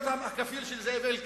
להיות הכפיל של זאב אלקין.